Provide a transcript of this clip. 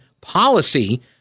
policy